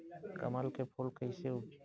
कमल के फूल कईसे उपजी?